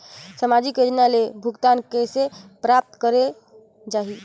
समाजिक योजना ले भुगतान कइसे प्राप्त करे जाहि?